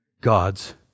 God's